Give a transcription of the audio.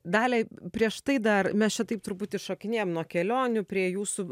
dalia prieš tai dar mes čia taip truputį šokinėjam nuo kelionių prie jūsų